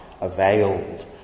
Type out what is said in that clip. availed